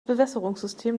bewässerungssystem